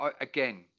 again